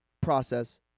process